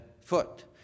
foot